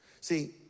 See